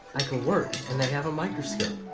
i could work and they have a microscope.